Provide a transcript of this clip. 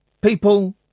people